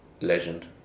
legend